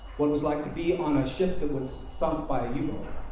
what it was like to be on a ship that was sunk by a you know